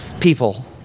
people